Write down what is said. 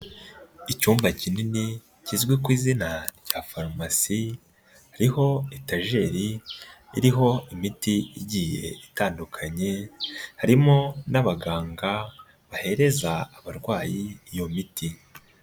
Icyumba kinini kizwi ku izina rya farumasi, hariho etageri, iriho imiti igiye itandukanye, harimo n'abaganga bahereza abarwayi iyo miti.